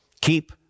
Keep